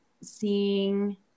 seeing